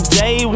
day